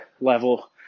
level